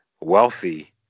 wealthy